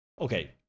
Okay